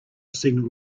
signal